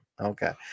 Okay